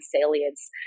salience